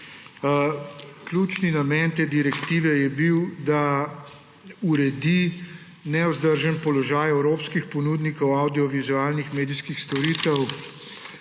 Ključni namen te direktive je bil, da uredi nevzdržen položaj evropskih ponudnikov avdiovizualnih medijskih storitev